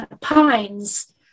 Pines